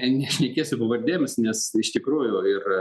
nešnekėsiu pavardėmis nes iš tikrųjų ir